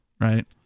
right